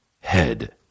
head